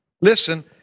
Listen